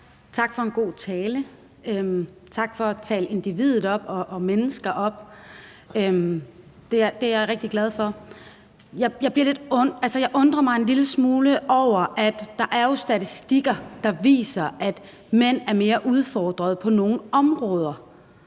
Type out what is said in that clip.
Tak for en god tale. Tak for at tale individet op og tale mennesket op. Det er jeg rigtig glad for. Jeg undrer mig lidt, i forhold til at der jo er statistikker, der viser, at mænd er mere udfordret på nogle områder,